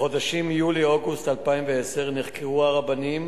בחודשים יולי אוגוסט 2010 נחקרו הרבנים